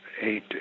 eight